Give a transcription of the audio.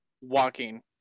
walking